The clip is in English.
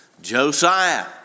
Josiah